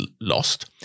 lost